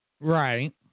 Right